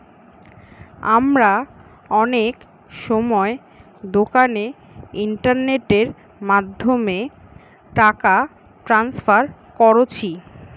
আমরা অনেক সময় দোকানে ইন্টারনেটের মাধ্যমে টাকা ট্রান্সফার কোরছি